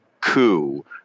coup